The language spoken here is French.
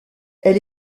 elle